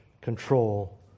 control